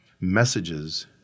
messages